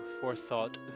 Forethought